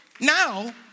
Now